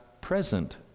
present